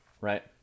right